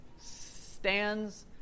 stands